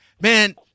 man